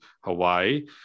Hawaii